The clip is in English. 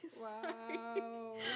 wow